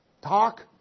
talk